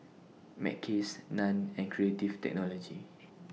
Mackays NAN and Creative Technology